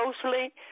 closely